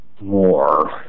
more